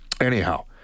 Anyhow